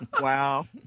Wow